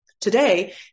Today